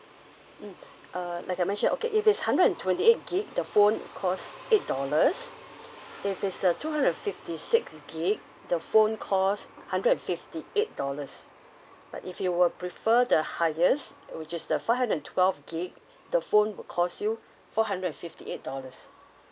mm uh like I mention okay if it's hundred and twenty eight gig the phone costs eight dollars if it's a two hundred and fifty six gig the phone costs hundred and fifty eight dollars but if you will prefer the highest which is the five hundred and twelve gig the phone will cost you four hundred and fifty eight dollars